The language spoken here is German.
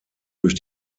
durch